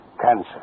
Cancer